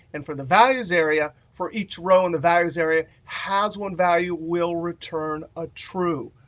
and for the values area for each row in the values area has one value will return a true,